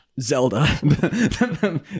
zelda